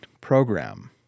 program